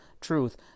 truth